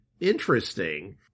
interesting